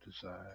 desire